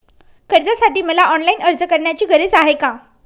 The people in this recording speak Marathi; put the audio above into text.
कर्जासाठी मला ऑनलाईन अर्ज करण्याची गरज आहे का?